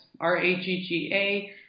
r-a-g-g-a